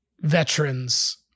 veterans